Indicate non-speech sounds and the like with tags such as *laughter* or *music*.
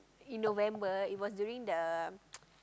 in November it was during the *noise*